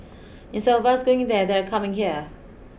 instead of us going there they are coming here